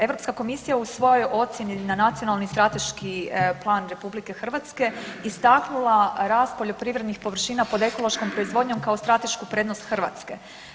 Europska komisija u svojoj ocjeni na Nacionalni strateški plan RH istaknula rast poljoprivrednih površina pod ekološkom proizvodnjom kao stratešku prednost Hrvatske.